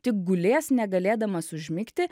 tik gulės negalėdamas užmigti